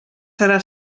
serà